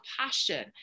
passion